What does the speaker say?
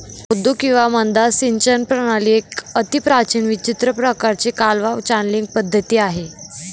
मुद्दू किंवा मद्दा सिंचन प्रणाली एक अतिप्राचीन विचित्र प्रकाराची कालवा चॅनलींग पद्धती आहे